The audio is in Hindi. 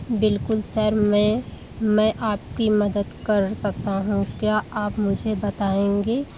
बिल्कुल सर मैं मैं आपकी मदद कर सकता हूँ क्या आप मुझे बताएँगे कि आप कहाँ से यात्रा कर सक कर रहे हैं इसके साथ ही मुझे बताएँ मैं कि आप कितनी अवधि के लिए यात्रा कर रहे हैं